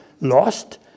lost